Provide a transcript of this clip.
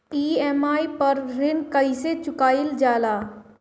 EMI पर ऋण कईसे चुकाईल जाला?